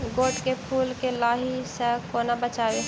गोट केँ फुल केँ लाही सऽ कोना बचाबी?